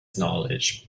knowledge